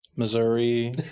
Missouri